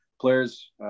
players